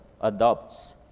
adopts